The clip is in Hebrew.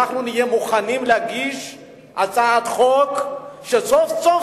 אנחנו נהיה מוכנים להגיש הצעת חוק שסוף-סוף